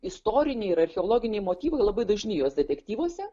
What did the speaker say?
istoriniai ir archeologiniai motyvai labai dažni jos detektyvuose